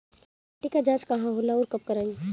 माटी क जांच कहाँ होला अउर कब कराई?